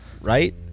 Right